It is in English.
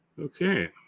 Okay